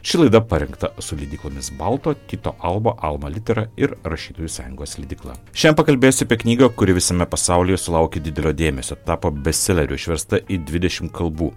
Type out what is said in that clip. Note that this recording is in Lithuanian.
ši laida parengta su leidyklomis balto tyto alba alma litera ir rašytojų sąjungos leidykla šiandien pakalbėsiu apie knygą kuri visame pasaulyje sulaukė didelio dėmesio tapo bestseleriu išversta į dvidešim kalbų